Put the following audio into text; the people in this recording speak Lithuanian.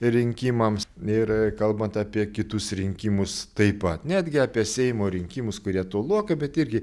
rinkimams ir kalbant apie kitus rinkimus taip pat netgi apie seimo rinkimus kurie tolokai bet irgi